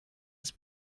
ist